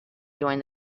join